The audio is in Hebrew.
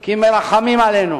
כי מרחמים עלינו.